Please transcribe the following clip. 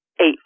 eight